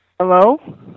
Hello